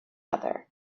other